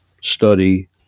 study